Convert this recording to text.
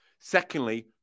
Secondly